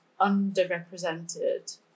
underrepresented